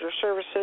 services